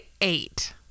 eight